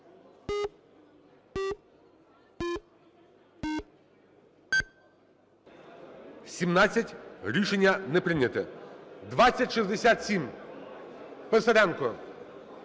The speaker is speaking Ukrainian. За-17 Рішення не прийнято. 2067, Писаренко.